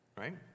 right